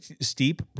steep